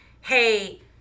hey